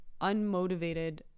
unmotivated